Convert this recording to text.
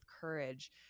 courage